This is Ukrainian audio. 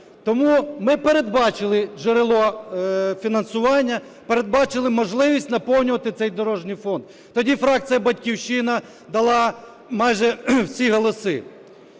Тому ми передбачили джерело фінансування, передбачили можливість наповнювати цей дорожній фонд. Тоді фракція "Батьківщина" дала майже всі голоси.